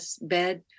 bed